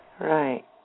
Right